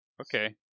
Okay